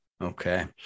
Okay